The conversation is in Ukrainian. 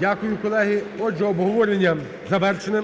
Дякую, колеги. Отже, обговорення завершене.